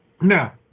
Now